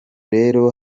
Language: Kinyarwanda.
rero